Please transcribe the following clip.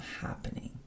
happening